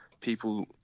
people